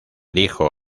dijo